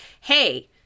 hey